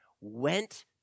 went